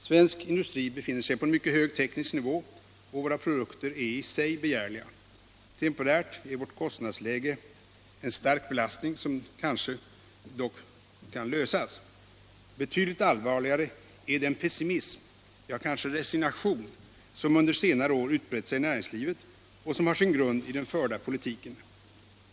Svensk industri befinner sig på en mycket hög teknisk nivå och våra produkter är i sig begärliga. Temporärt är vårt kostnadsläge en stark belastning som dock kanske kan klaras. Betydligt allvarligare är den pessimism, ja, kanske resignation som under senare år utbrett sig i näringslivet och som har sin grund i den förda politiken.